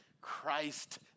Christ